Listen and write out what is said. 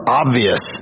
obvious